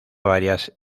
varias